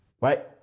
Right